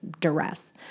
duress